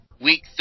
week